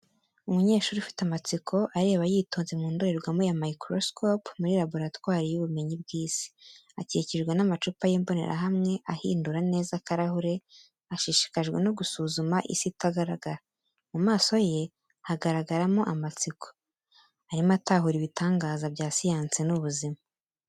Umunyeshuri ufite amatsiko, areba yitonze mu ndorerwamo ya microscope muri laboratwari y’ubumenyi bw’isi. Akikijwe n’amacupa n’imbonerahamwe, ahindura neza akarahure, ashishikajwe no gusuzuma isi itagaragara. Mu maso ye hagaragaramo amatsiko, arimo atahura ibitangaza bya siyansi n’ubuzima.